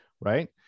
right